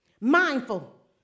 Mindful